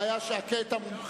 זה היה "הכה את המומחה".